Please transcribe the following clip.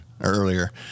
earlier